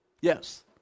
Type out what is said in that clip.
Yes